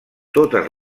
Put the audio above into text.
totes